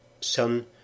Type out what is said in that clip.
Son